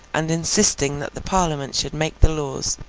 and insisting that the parliament should make the laws,